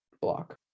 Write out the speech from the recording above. block